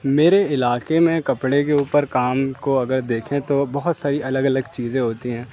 میرے علاقے میں کپڑے کے اوپر کام کو اگر دیکھیں تو بہت ساری الگ الگ چیزیں ہوتی ہیں